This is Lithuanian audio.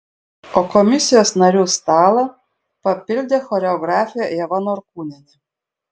o komisijos narių stalą papildė choreografė ieva norkūnienė